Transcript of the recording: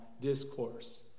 discourse